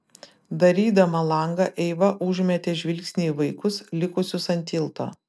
darydama langą eiva užmetė žvilgsnį į vaikus likusius ant tilto